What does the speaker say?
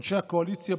אנשי הקואליציה,